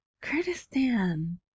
Kurdistan